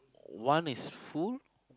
one is full